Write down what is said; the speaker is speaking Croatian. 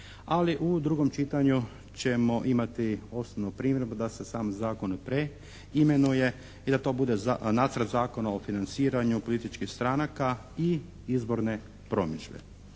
ali u drugom čitanju ćemo imati osnovnu primjedbu da se sam zakon preimenuje i da to bude nacrt zakona o financiranju političkih stranaka i izborne promidžbe.